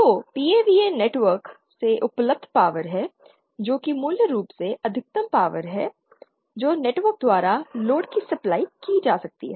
तो PAVN network से उपलब्ध पावर है जो कि मूल रूप से अधिकतम पावर है जो नेटवर्क द्वारा लोड की सप्लाई की जा सकती है